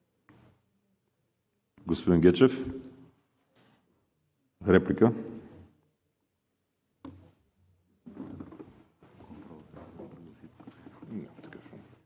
Господин Гечев, реплика.